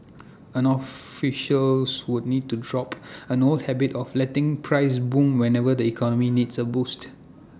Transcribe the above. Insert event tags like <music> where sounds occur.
and officials would need to drop an old habit of letting prices boom whenever the economy <noise> needs A boost